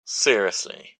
seriously